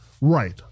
right